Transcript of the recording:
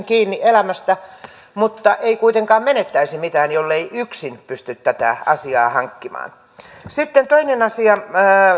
kiinni elämästä mutta ei kuitenkaan menettäisi mitään jollei yksin pysty tätä asiaa hankkimaan sitten toinen asia